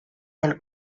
del